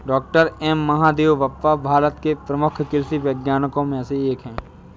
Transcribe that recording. doctor M Mahadevappa Bharat के प्रमुख कृषि वैज्ञानिकों में से एक हैं